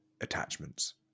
attachments